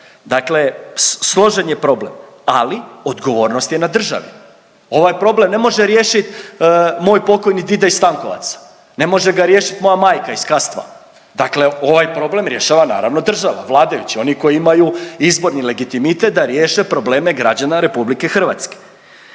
Dakle složen je problem ali odgovornost je na državi. Ovaj problem ne može riješit moj pok. dida iz Stankovaca, ne može ga riješit moja majka iz Kastva, dakle ovaj problem rješava naravno država, vladajući. Oni koji imaju izborni legitimitet da riješe probleme građana RH. Ne znam